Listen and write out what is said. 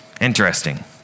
Interesting